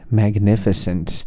magnificent